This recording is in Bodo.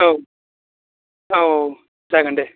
औ औ औ जागोन दे